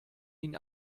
ihn